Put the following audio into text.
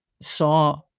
saw